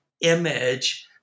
image